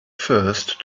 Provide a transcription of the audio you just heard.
first